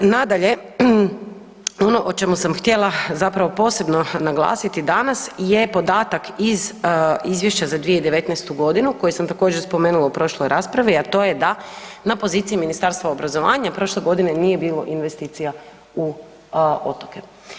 Nadalje, ono o čemu sam htjela zapravo posebno naglasiti danas je podatak iz izvješća za 2019. godinu koji sam također spomenula u prošloj raspravi, a to je da na poziciji Ministarstva obrazovanja prošle godine nije bilo investicija u otoke.